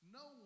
no